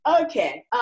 Okay